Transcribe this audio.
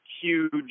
huge